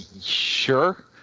sure